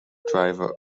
driver